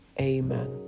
Amen